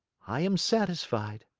i am satisfied.